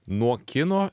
nuo kino